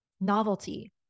novelty